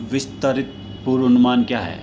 विस्तारित पूर्व अनुमान क्या है